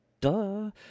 Duh